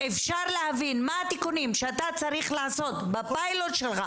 אפשר להבין מה הם התיקונים שאתה צריך לעשות בפיילוט שלך?